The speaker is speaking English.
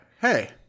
Hey